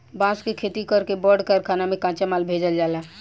बांस के खेती कर के बड़ कारखाना में कच्चा माल भेजल जाला